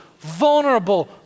vulnerable